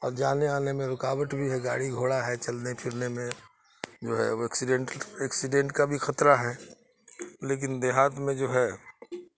اور جانے آنے میں رکاوٹ بھی ہے گاڑی گھوڑا ہے چلنے پھرنے میں جو ہے وہ ایکسیڈینٹ ایکسیڈینٹ کا بھی خطرہ ہے لیکن دیہات میں جو ہے